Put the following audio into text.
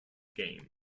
game